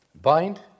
bind